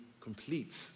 complete